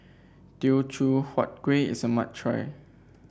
Teochew Huat Kueh is a must try